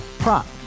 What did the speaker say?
Prop